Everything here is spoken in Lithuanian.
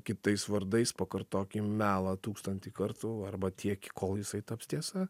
kitais vardais pakartokim melą tūkstantį kartų arba tiek kol jisai taps tiesa